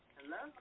Hello